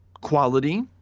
quality